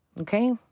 okay